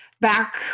Back